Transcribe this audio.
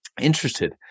interested